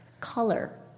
Color